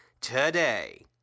today